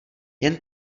jen